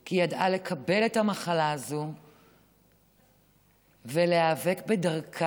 כי היא ידעה לקבל את המחלה הזאת ולהיאבק בדרכה